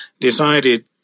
decided